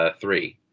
three